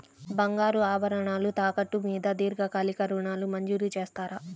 బంగారు ఆభరణాలు తాకట్టు మీద దీర్ఘకాలిక ఋణాలు మంజూరు చేస్తారా?